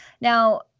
now